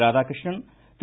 Radhakrishnan Thiru